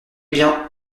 bien